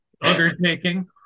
undertaking